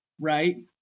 right